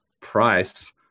price